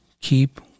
Keep